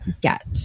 get